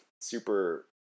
super